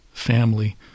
family